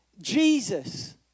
Jesus